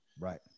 Right